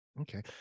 Okay